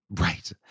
Right